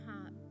heart